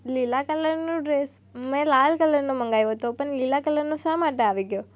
લીલા કલરનો ડ્રેસ મેં લાલ કલરનો મંગાવ્યો હતો પણ લીલા કલરનો શા માટે આવી ગયો